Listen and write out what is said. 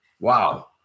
wow